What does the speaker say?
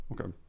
okay